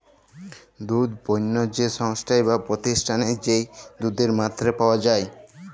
দুধ পণ্য যে সংস্থায় বা প্রতিষ্ঠালে যেই দুধের মাত্রা পাওয়া যাই